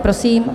Prosím.